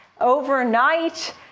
overnight